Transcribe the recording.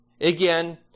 Again